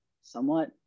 somewhat